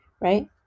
right